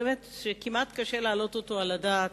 שכמעט קשה להעלות אותו על הדעת,